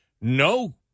No